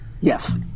yes